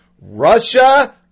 Russia